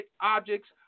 objects